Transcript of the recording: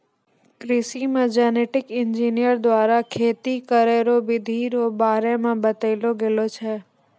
कृषि मे genetic engineer द्वारा खेती करै रो बिधि रो बारे मे बतैलो गेलो छै